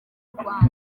rwanda